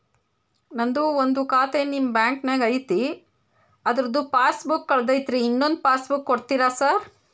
ನಂದು ಒಂದು ಖಾತೆ ನಿಮ್ಮ ಬ್ಯಾಂಕಿನಾಗ್ ಐತಿ ಅದ್ರದು ಪಾಸ್ ಬುಕ್ ಕಳೆದೈತ್ರಿ ಇನ್ನೊಂದ್ ಪಾಸ್ ಬುಕ್ ಕೂಡ್ತೇರಾ ಸರ್?